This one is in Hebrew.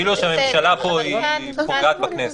כאילו שהממשלה פוגעת בכנסת.